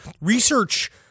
research